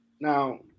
Now